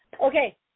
okay